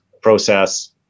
process